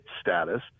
status